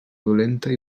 dolenta